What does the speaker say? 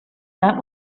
that